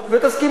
תודה רבה.